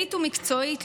כלכלית ומקצועית.